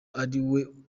ariwo